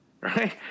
Right